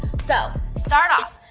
so start off,